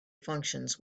functions